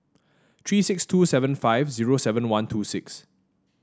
three six two seven five zero seven one two six